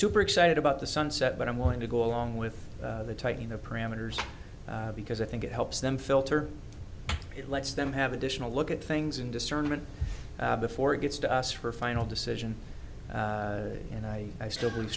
super excited about the sunset but i'm willing to go along with the tightening of parameters because i think it helps them filter it lets them have additional look at things and discernment before it gets to us for final decision and i i still believe